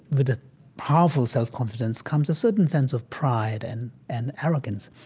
with powerful self-confidence comes a certain sense of pride and and arrogance.